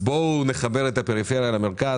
בין הפריפריה למרכז,